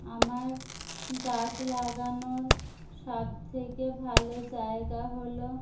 আমার গাছ লাগানোর সবথেকে ভালো জায়গা হল